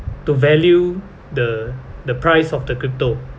to value the the price of the crypto